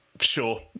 Sure